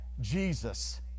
jesus